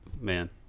man